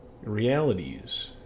realities